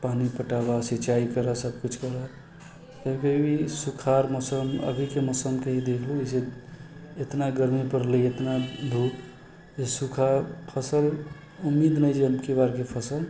पानि पटावा सिँचाइ केलक सबकिछु केलक फिर भी सुखाड़ मौसम अभीके मौसमके ही देख लिअ जइसे एतना गरमी पड़लै एतना धूप जे सूखा फसल उम्मीद नहि छै कि अबकी बार फसल